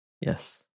yes